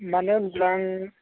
मानो होनब्ला आं